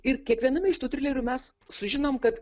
ir kiekviename iš tų trilerių mes sužinom kad